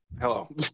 hello